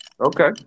Okay